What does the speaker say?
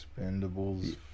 Expendables